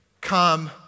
come